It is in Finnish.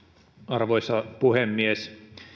arvoisa puhemies